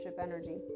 energy